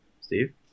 Steve